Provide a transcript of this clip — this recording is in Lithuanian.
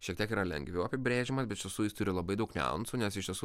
šiek tiek yra lengviau apibrėžiamas bet iš tiesų jis turi labai daug niuansų nes iš tiesų